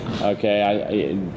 Okay